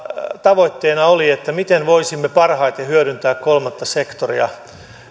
tavoitteena oli selvittää miten voisimme parhaiten hyödyntää kolmatta sektoria